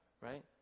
right